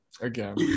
again